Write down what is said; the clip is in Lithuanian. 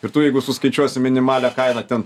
ir tu jeigu suskaičiuosi minimalią kainą ten